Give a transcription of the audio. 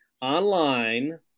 online